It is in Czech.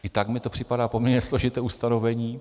I tak mi to připadá poměrně složité ustanovení.